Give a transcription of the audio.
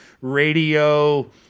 radio